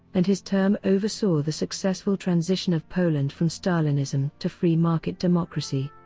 and his term oversaw the successful transition of poland from stalinism to free-market democracy.